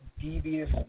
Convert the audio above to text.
devious